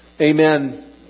Amen